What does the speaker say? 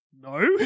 No